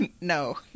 No